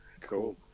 Cool